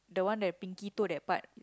the one that pinky toe that part